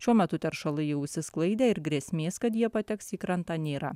šiuo metu teršalai jau išsisklaidę ir grėsmės kad jie pateks į krantą nėra